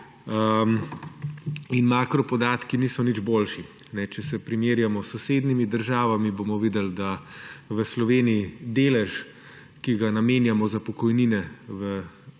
In makropodatki niso nič boljši. Če se primerjamo s sosednjimi državami bomo videli, da v Sloveniji delež, ki ga namenjamo za pokojnine v